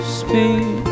speak